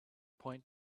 point